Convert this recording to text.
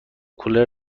کولر